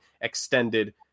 extended